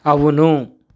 అవును